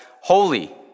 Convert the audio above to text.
holy